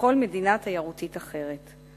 ככל מדינה תיירותית אחרת.